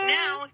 now